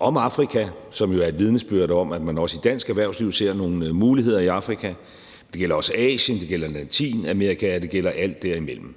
om Afrika, og som jo er et vidnesbyrd om, at man også i dansk erhvervsliv ser nogle muligheder i Afrika, men det gælder også Asien, det gælder Latinamerika, og det gælder alt derimellem.